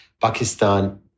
Pakistan